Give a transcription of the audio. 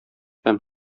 һәм